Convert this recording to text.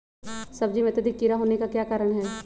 सब्जी में अत्यधिक कीड़ा होने का क्या कारण हैं?